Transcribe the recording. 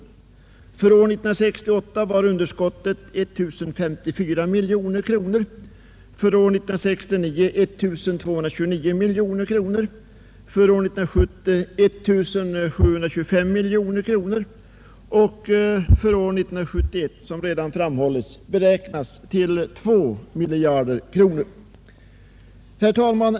År 1968 var underskottet 1 054 miljoner kronor, år 1969 1229 miljoner kronor, år 1970 1725 miljoner kronor, och för 1971 beräknas som redan framhållits underskottet uppgå till 2 miljarder kronor. Herr talman!